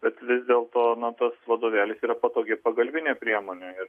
bet vis dėlto na tas vadovėlis yra patogi pagalbinė priemonė ir